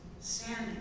standing